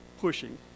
pushing